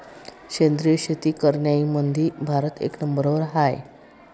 सेंद्रिय शेती करनाऱ्याईमंधी भारत एक नंबरवर हाय